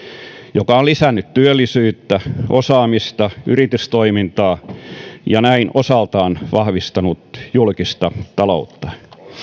joka on lisännyt työllisyyttä osaamista yritystoimintaa ja näin osaltaan vahvistanut julkista taloutta